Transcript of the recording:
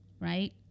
Right